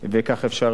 וכך אפשר